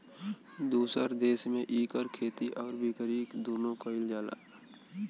दुसर देस में इकर खेती आउर बिकरी दुन्नो कइल जाला